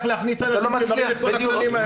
להכניס אנשים שעומדים בכל הכללים האלה.